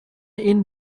این